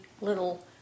little